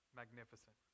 magnificent